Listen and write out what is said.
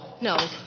No